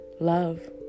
love